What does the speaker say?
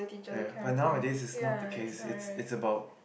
ya but nowadays is not the case is it's about